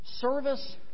Service